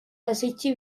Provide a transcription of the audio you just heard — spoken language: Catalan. desitgi